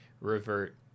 revert